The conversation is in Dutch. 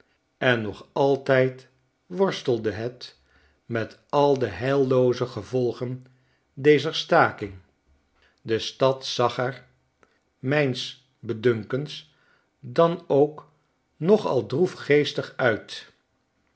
en nog altijd worstelde het met al de heillooze gevolgen dezer staking de stad zag er mijns bedunkens dan ook nog al droefgeestig uit